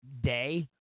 day